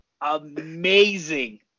amazing